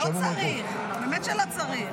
לא צריך, באמת לא צריך.